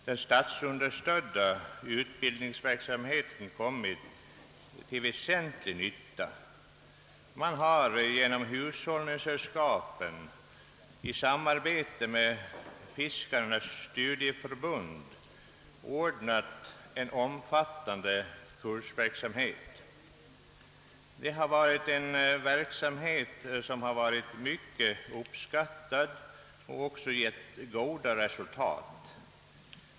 Den statsunderstödda utbildningsverksamheten har därför kommit till väsentlig nytta. Hushållningssällskapen har i samarbete med Fiskarnas studieförbund ordnat en omfattande kursverksamhet, som varit mycket uppskattad och även givit goda resultat.